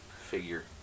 figure